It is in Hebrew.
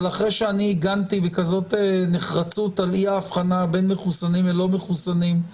אבל אחרי שהגנתי בכזאת נחרצות על אי-האבחנה בין מחוסנים ללא מחוסנים,